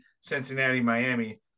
Cincinnati-Miami